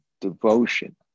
devotion